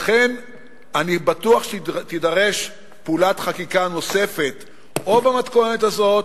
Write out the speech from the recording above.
לכן אני בטוח שתידרש פעולת חקיקה נוספת או במתכונת הזאת